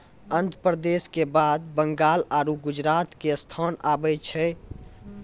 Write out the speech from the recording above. आन्ध्र प्रदेश के बाद बंगाल आरु गुजरात के स्थान आबै छै